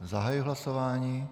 Zahajuji hlasování.